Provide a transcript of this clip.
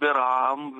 דיברתי עם ראשי הקהילה,